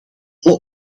alle